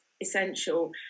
essential